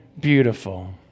beautiful